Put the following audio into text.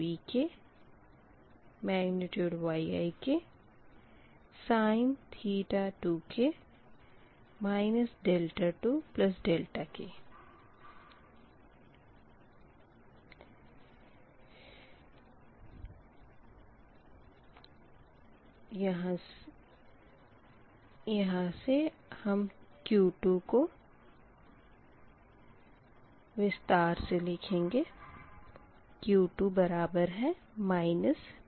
Y22sin 22 V2V3Y23sin 23 23 V2V4Y24sin 24 24 यहाँ k 1 से 4 तक है क्यूँकि n बराबर 4 है